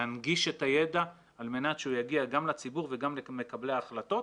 להנגיש את הידע על מנת שהוא יגיע גם לציבור וגם למקבלי ההחלטות.